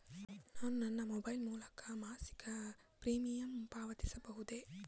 ನಾನು ನನ್ನ ಮೊಬೈಲ್ ಮೂಲಕ ಮಾಸಿಕ ಪ್ರೀಮಿಯಂ ಪಾವತಿಸಬಹುದೇ?